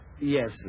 Yes